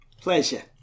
Pleasure